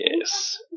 Yes